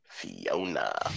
Fiona